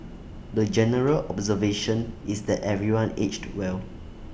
the general observation is that everyone aged well